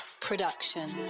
production